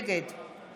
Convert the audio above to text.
נגד